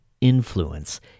influence